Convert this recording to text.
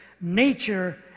nature